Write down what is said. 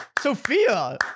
Sophia